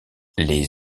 les